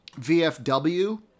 VFW